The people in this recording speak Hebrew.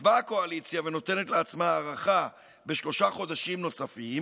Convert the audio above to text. אז באה הקואליציה ונותנת לעצמה הארכה בשלושה חודשים נוספים,